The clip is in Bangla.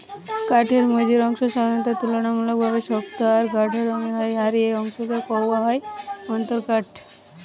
কাঠের মঝির অংশ সাধারণত তুলনামূলকভাবে শক্ত আর গাঢ় রঙের হয় আর এই অংশকে কওয়া হয় অন্তরকাঠ